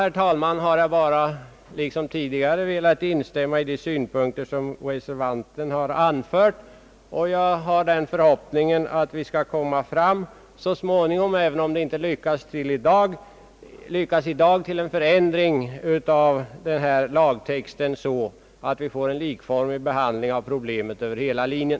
Med det sagda har jag liksom tidigare velat instämma i de synpunkter som reservanten har anfört, och jag hyser den förhoppningen att vi så småningom, även om det inte lyckas i dag, skall komma fram till en förändring av den här aktuella lagtexten, så att det blir en likformig behandling av problemen över hela linjen.